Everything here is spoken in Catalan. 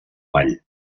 vall